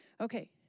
Okay